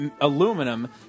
aluminum